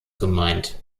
gemeint